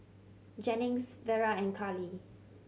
Jennings Vera and Carly